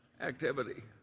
activity